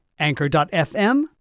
Anchor.fm